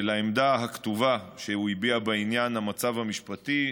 ולעמדה הכתובה שהוא הביע בעניין המצב המשפטי.